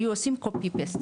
היו עושים קופי פייס,